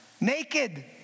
naked